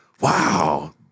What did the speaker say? Wow